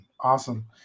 awesome